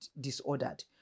disordered